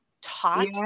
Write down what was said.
taught